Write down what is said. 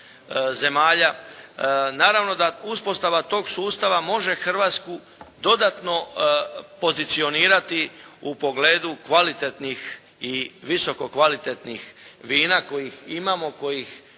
zemalja, naravno da uspostava tog sustava može Hrvatsku dodatno pozicionirati u pogledu kvalitetnih i visoko kvalitetnih vina koje imamo i kojima